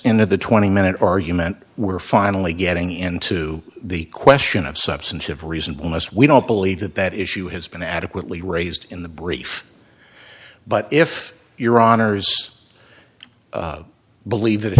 the twenty minute argument we're finally getting into the question of substance of reasonableness we don't believe that that issue has been adequately raised in the brief but if your honour's believe that it